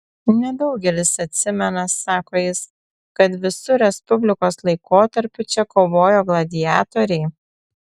nedaugelis atsimena sako jis kad visu respublikos laikotarpiu čia kovojo gladiatoriai